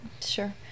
Sure